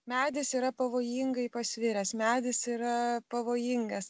medis yra pavojingai pasviręs medis yra pavojingas